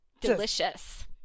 delicious